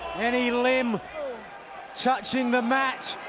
any limb touching the match,